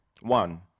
One